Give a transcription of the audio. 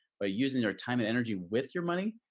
ah using your time and energy with your money,